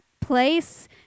place